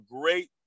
great